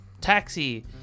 taxi